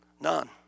None